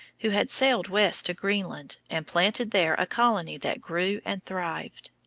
who had sailed west to greenland, and planted there a colony that grew and thrived.